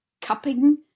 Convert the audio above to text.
cupping